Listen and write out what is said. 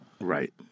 Right